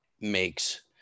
Makes